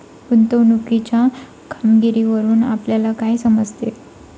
गुंतवणुकीच्या कामगिरीवरून आपल्याला काय समजते?